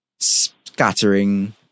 scattering